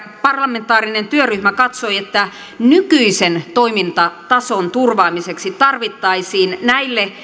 parlamentaarinen työryhmä katsoi että nykyisen toimintatason turvaamiseksi tarvittaisiin näille